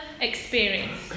experience